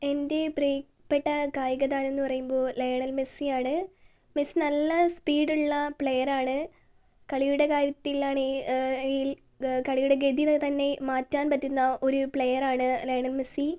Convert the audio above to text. എൻ്റെ പ്രിയപ്പെട്ട കായികതാരം എന്ന് പറയുമ്പോൾ ലയണൽ മെസ്സിയാണ് മെസ്സി നല്ല സ്പീടുള്ള പ്ലേയറാണ് കളിയുടെ കാര്യത്തിലാണെങ്കിൽ കളിയുടെ ഗതിതന്നെ മാറ്റാൻ പറ്റുന്ന ഒരു പ്ലേയറാണ് ലയണൽ മെസ്സി